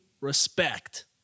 respect